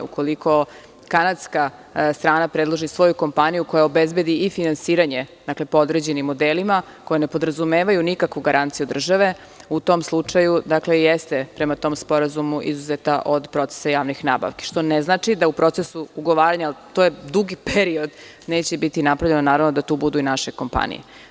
Ukoliko kanadska strana predloži svoju kompaniju koja obezbedi i finansiranje po određenim modelima, koja ne podrazumevaju nikakvu garanciju države, u tom slučaju prema tom sporazumu jeste izuzeta od procesa javnih nabavki, što ne znači da u procesu ugovaranja, to je dug period, neće biti naravno napravljeno da tu budu i naše kompanije.